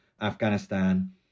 Afghanistan